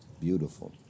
Beautiful